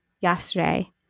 yesterday